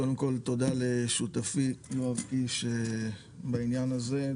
קודם כל תודה לשותפי יואב קיש בעניין הזה,